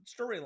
storyline